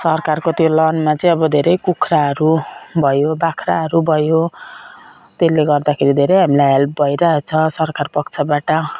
सरकारको त्यो लोनमा चाहिँ अब धेरै कुखुराहरू भयो बाख्राहरू भयो त्यसले गर्दाखेरि धेरै हामीलाई हेल्प भइरहेको छ सरकार पक्षबाट